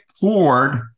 poured